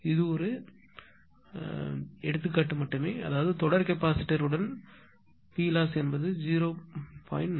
இது ஒரு புரிதல் மட்டுமே அதாவது தொடர் கெப்பாசிட்டர் உடன் P loss என்பது 0